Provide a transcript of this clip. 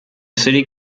city